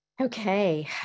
Okay